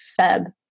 Feb